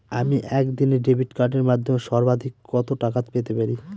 আমি একদিনে ডেবিট কার্ডের মাধ্যমে সর্বাধিক কত টাকা পেতে পারি?